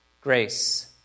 Grace